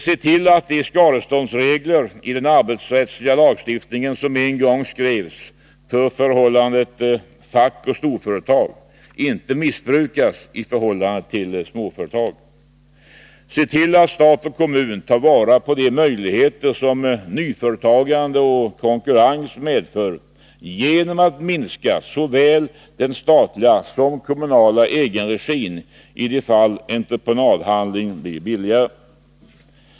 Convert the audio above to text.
Se till att de skadeståndsregler i den arbetsrättsliga lagstiftningen som en gång skrevs för förhållandet fack-storföretag inte missbrukas i förhållande till småföretag. Se till att stat och kommun tar vara på de möjligheter som nyföretagande och konkurrens medför genom att minska såväl den statliga som kommunala egenregin i de fall entreprenadupphandling blir billigare.